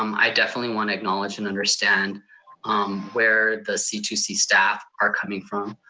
um i definitely want to acknowledge and understand um where the c two c staff are coming from.